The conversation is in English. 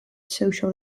social